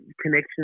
connection